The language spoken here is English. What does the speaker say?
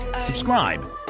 subscribe